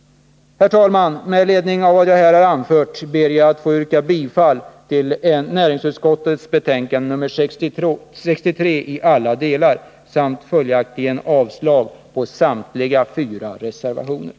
Herr talman! Med anledning av vad jag här har anfört ber jag att få yrka bifall till hemställan i alla delar i näringsutskottets betänkande 1980/81:63 samt följaktligen avslag på de fyra reservationerna.